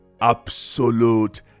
Absolute